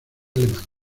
alemana